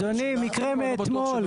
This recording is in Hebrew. אדוני, מקרה מאתמול.